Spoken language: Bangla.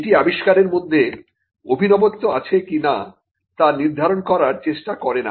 এটি আবিষ্কারের মধ্যে অভিনবত্ব আছে কিনা তা নির্ধারণ করার চেষ্টা করে না